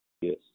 Yes